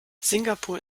singapur